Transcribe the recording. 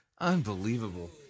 Unbelievable